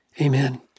Amen